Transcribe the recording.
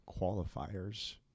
qualifiers